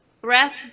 breath